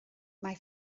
mae